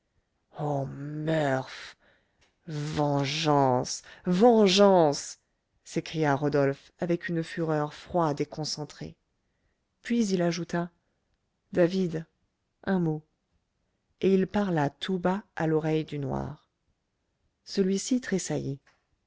oh murph vengeance vengeance s'écria rodolphe avec une fureur froide et concentrée puis il ajouta david un mot et il parla tout bas à l'oreille du noir celui-ci tressaillit